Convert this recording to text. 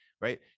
right